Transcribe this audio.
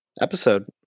episode